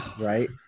right